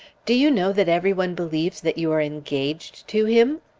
do you know that every one believes that you are engaged to him?